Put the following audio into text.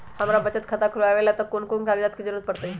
हमरा बचत खाता खुलावेला है त ए में कौन कौन कागजात के जरूरी परतई?